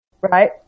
right